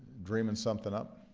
dreaming something up.